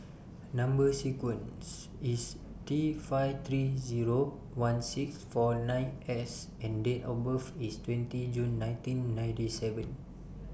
Number sequence IS T five three Zero one six four nine S and Date of birth IS twenty June nineteen ninety seven